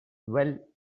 well